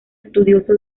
estudioso